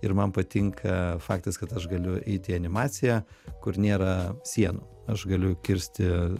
ir man patinka faktas kad aš galiu eit į animaciją kur nėra sienų aš galiu kirsti